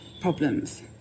problems